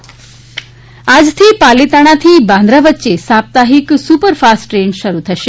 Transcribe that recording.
Palitana train આજથી પાલીતાણાથી બાંદ્રા વચ્ચે સાપ્તાહિક સુપરફાસ્ટ ટ્રેન શરૂ થશે